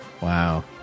Wow